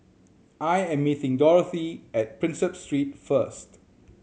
I am meeting Dorathy at Prinsep Street first